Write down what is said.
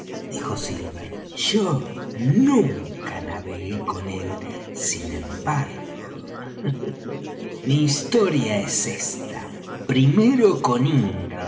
dijo silver yo nunca navegué con él sin embargo mi historia es esta primero con